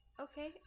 okay